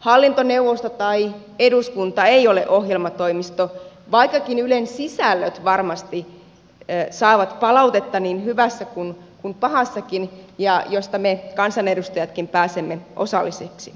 hallintoneuvosto tai eduskunta ei ole ohjelmatoimisto vaikkakin ylen sisällöt varmasti saavat niin hyvässä kun pahassakin palautetta josta me kansanedustajatkin pääsemme osallisiksi